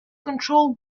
control